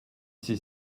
ses